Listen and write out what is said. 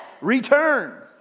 return